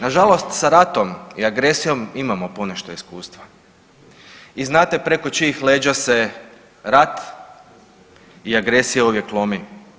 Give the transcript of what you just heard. Nažalost sa ratom i agresijom imamo ponešto iskustva i znate preko čijih leđa se rat i agresija uvijek lomi.